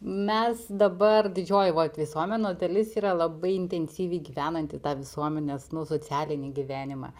mes dabar didžioji vot visuomenės dalis yra labai intensyviai gyvenanti tą visuomenės nu socialinį gyvenimą